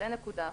זו נקודה אחת.